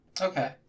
Okay